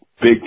big